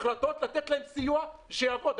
החלטות לתת להם סיוע שיעבוד,